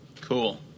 Cool